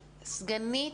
כן,